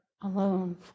alone